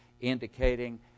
indicating